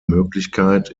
möglichkeit